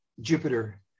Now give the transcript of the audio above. Jupiter